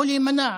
או להימנע,